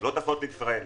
אנחנו נוסעים